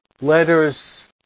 letters